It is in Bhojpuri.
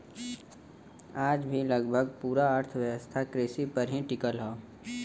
आज भी लगभग पूरा अर्थव्यवस्था कृषि पर ही टिकल हव